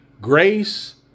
Grace